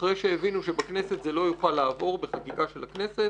אחרי שהבינו שבכנסת זה לא יוכל לעבור בחקיקה של הכנסת